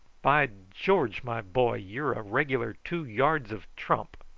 by george, my boy, you're a regular two yards of trump.